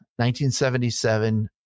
1977